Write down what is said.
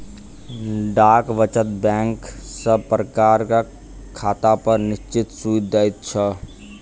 डाक वचत बैंक सब प्रकारक खातापर निश्चित सूइद दैत छै